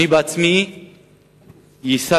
אני עצמי יסדתי,